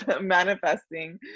manifesting